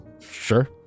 Sure